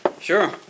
Sure